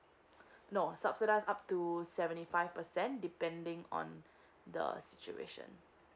no subsidize up to seventy five percent depending on the situation